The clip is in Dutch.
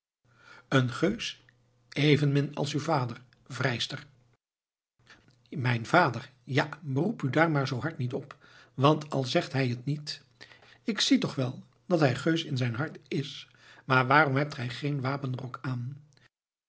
een geus evenmin als uw vader vrijster mijn vader ja beroep u daar maar zoo hard niet op want al zegt hij het mij niet ik zie toch wel dat hij geus in zijn hart is maar waarom hebt gij geen wapenrok aan